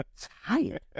Tired